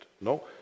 No